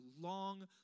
long